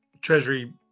Treasury